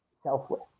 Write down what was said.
selfless